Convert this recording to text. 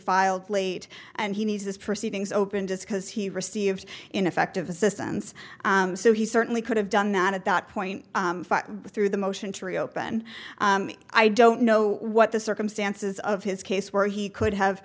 filed late and he needs this proceedings opened just because he received ineffective assistance so he certainly could have done not at that point through the motion to reopen i don't know what the circumstances of his case where he could have